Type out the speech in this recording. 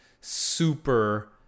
super